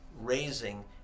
raising